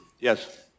Yes